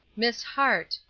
miss hart,